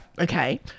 Okay